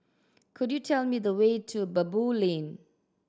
could you tell me the way to Baboo Lane